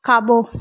खाॿो